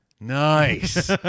nice